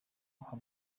uha